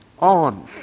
on